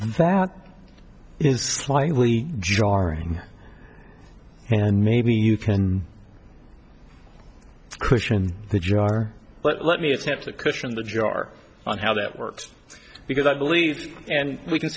that is slightly jarring and maybe you can cushion the jar but let me attempt to question the jar on how that works because i believe and we can